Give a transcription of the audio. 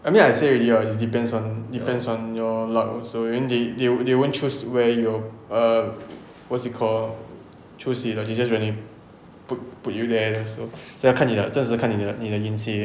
I mean I say already lor is depends on depends on your luck also then they they they won't choose where you will err what's it call choose in your region journey put put you there then so 就要看你的这样子要看你的你的运气